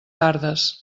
tardes